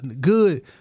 good